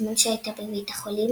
בזמן שהייתה בבית החולים,